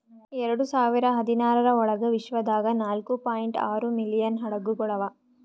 ಎರಡು ಸಾವಿರ ಹದಿನಾರರ ಒಳಗ್ ವಿಶ್ವದಾಗ್ ನಾಲ್ಕೂ ಪಾಯಿಂಟ್ ಆರೂ ಮಿಲಿಯನ್ ಹಡಗುಗೊಳ್ ಅವಾ